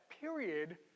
period